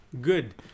Good